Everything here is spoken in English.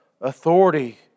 authority